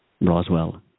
roswell